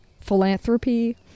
philanthropy